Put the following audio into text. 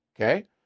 okay